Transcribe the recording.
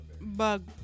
Bug